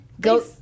Go